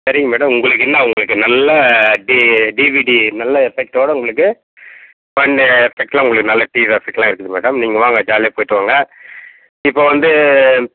சரிங்க மேடம் உங்களுக்கு என்ன உங்களுக்கு நல்ல டி டிவிடி நல்ல எஃபெக்ட்டோடு உங்களுக்கு பண்ண எஃபெக்ட்டில் உங்களுக்கு நல்ல டிவி எஃபெக்ட்டுலாம் இருக்குது மேடம் நீங்கள் வாங்க ஜாலியாக போய்ட்டு வாங்க இப்போது வந்து